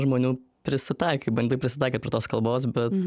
žmonių prisitaikai bandė prisitaikyt prie tos kalbos bet